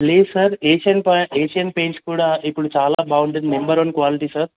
లేదు sir Asian ప Asian paints కూడా ఇప్పుడు చాలా బాగుంటుంది నెంబర్ వన్ క్వాలిటీ సార్